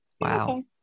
Wow